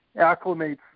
acclimates